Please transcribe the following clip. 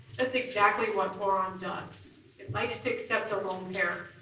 that's exactly what boron does. it likes to accept a lone pair,